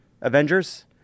Avengers